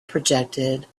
projected